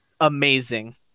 amazing